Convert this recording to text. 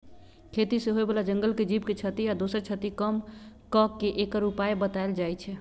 खेती से होय बला जंगल के जीव के क्षति आ दोसर क्षति कम क के एकर उपाय् बतायल जाइ छै